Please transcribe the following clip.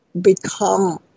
become